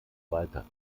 weiter